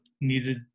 needed